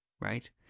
right